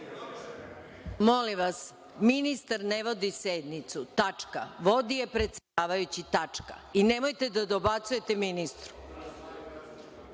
Molim vas, ministar ne vodi sednicu. Vodi je predsedavajući. I nemojte da dobacujete ministru.(Marko